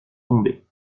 tombé